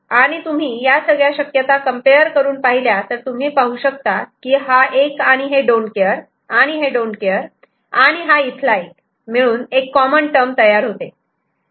आणि तुम्ही या सगळ्या शक्यता कम्पेअर करून पाहिल्या तर तुम्ही पाहू शकतात की हा 1 आणि हे डोन्ट केअर don't care आणि हे डोन्ट केअर don't careआणि हा इथला 1 मिळून एक कॉमन टर्म तयार होते